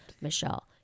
Michelle